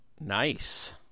Nice